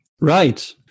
right